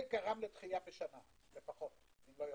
זה גרם לדחייה בשנה לפחות, אם לא יותר.